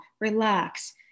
relax